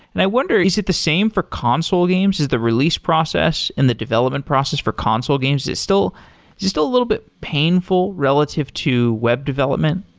and i wonder, is it the same for console games? is the release process and the development process for console games is is still is it still a little bit painful relative to web development?